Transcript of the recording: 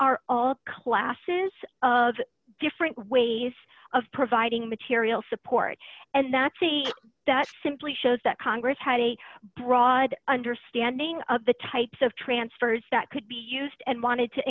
are all classes of different ways of providing material support and that's the that simply shows that congress had a broad understanding of the types of transfers that could be used and wanted to